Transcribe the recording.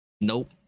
nope